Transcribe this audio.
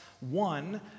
One